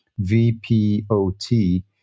VPOT